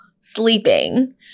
sleeping